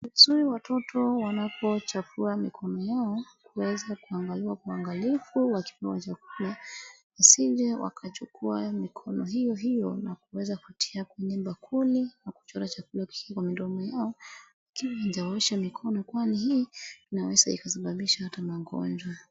Ni vizuri watoto wapochafua mikono yao kuweza kuangaliwa kwa uangalifu, wakiwa wajakula, wasije wakachukua mikono hiyo hiyo na kuweza kutia kwenye mbakuli na kuchota chakula kisha midomo yao, kiwa wajaosha mikono kwani hii inaweza kusababisha ata magonjwa .